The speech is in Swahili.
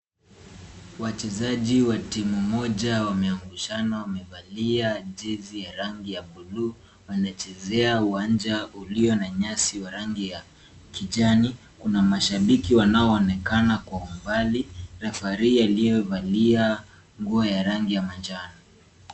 Wachezaji wa timu moja wameangushana. Wamevalia jezi ya rangi ya bluu. Wanachezea uwanja ulio na nyasi ya rangi ya kijani. Kuna mashabiki wanao onekana kwa umbali, refarii aliye valia nguo ya rangi ya manjano.